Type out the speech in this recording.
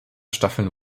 staffeln